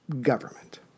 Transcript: government